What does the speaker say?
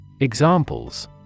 Examples